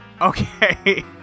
Okay